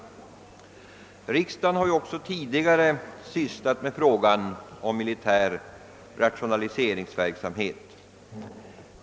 Riksdagen har ju också tidigare sysslat med frågan om militär rationaliseringsverksamhet.